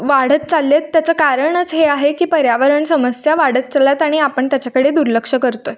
वाढत चालले आहेत त्याचं कारणच हे आहे की पर्यावरण समस्या वाढत चालल्या आहेत आणि आपण त्याच्याकडे दुर्लक्ष करतो आहे